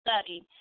study